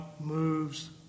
moves